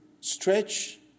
stretch